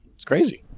it's crazy,